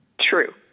True